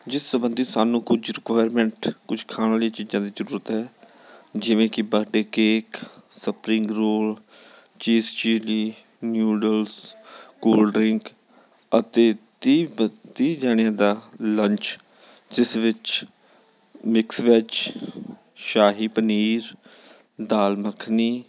ਜਿਸ ਸਬੰਧੀ ਸਾਨੂੰ ਕੁਝ ਰਿਕੁਆਇਰਮੈਂਟ ਕੁਝ ਖਾਣ ਵਾਲੀਆਂ ਚੀਜ਼ਾਂ ਦੀ ਜ਼ਰੂਰਤ ਹੈ ਜਿਵੇਂ ਕਿ birthday cake spring roll cheese chilli noodles cold drink ਅਤੇ ਤੀਹ ਬ ਤੀਹ ਜਣਿਆਂ ਦਾ ਲੰਚ ਜਿਸ ਵਿੱਚ ਮਿਕਸ ਵੈਜ ਸ਼ਾਹੀ ਪਨੀਰ ਦਾਲ ਮੱਖਣੀ